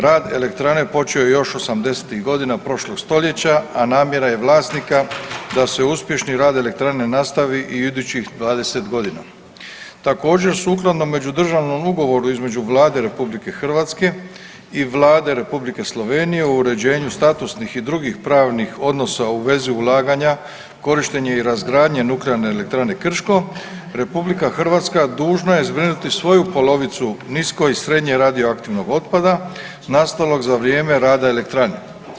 Rad elektrane počeo je još '80.-tih godina prošlog stoljeća, a namjera je vlasnika da se uspješni rad elektrane nastavi i u idućih 20.g. Također sukladno međudržavnom ugovoru između Vlade RH i Vlade Republike Slovenije o uređenju statusnih i drugih pravnih odnosa u vezi ulaganja, korištenje i razgradnja Nuklearne elektrane Krško RH dužna je zbrinuti svoju polovicu nisko i srednje radioaktivnog otpada nastalog za vrijeme rada elektrane.